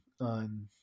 on